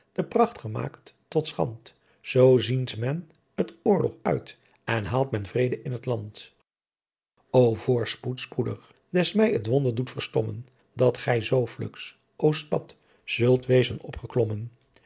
de pracht gemaakt tot schandt zoo zeind men t oorlogh uit en haaldt men vrede in t land o voorspoed spoedigh des my t wonder doet verstommen dat ghy zoo fluks o stadt zult wezen opgeklommen